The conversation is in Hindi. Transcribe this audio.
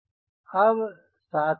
अब सातवां पद